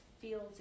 feels